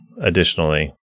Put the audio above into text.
additionally